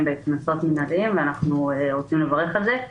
בקנסות מנהליים ואנחנו רוצים לברך על זה,